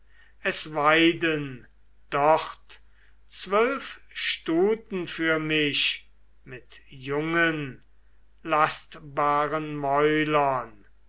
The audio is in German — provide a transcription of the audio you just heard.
es weiden dort zwölf stuten für mich mit jungen lastbaren mäulern